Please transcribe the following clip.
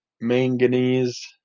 manganese